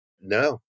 No